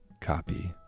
copy